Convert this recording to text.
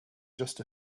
just